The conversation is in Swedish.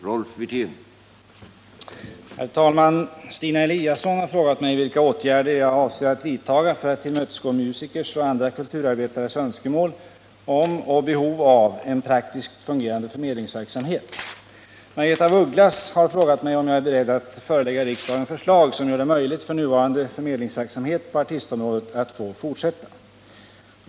Herr talman! Stina Eliasson har frågat mig vilka åtgärder jag avser att vidta för att tillmötesgå musikers och andra kulturarbetares önskemål om och behov av en praktiskt fungerande förmedlingsverksamhet. Margaretha af Ugglas har frågat mig om jag är beredd att förelägga riksdagen förslag, som gör det möjligt för nuvarande förmedlingsverksamhet på artistområdet att få fortsätta.